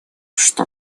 что